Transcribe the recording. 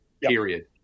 period